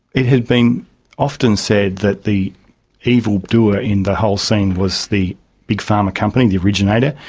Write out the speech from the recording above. it has been often said that the evildoer in the whole scene was the big pharma company, the originator,